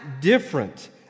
different